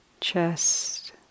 chest